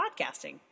podcasting